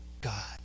God